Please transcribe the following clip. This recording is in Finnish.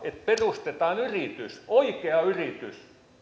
että perustetaan yritys oikea yritys